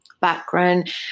background